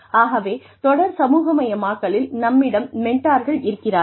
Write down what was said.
ஆகவே தொடர் சமூகமயமாக்கலில் நம்மிடம் மெண்ட்டார்கள் இருக்கிறார்கள்